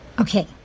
Okay